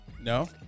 No